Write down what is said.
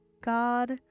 God